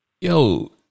Yo